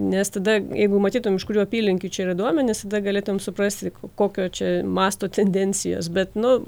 nes tada jeigu matytum iš kurių apylinkių čia yra duomenys tada galėtumei suprasti kokio čia masto tendencijos bet nu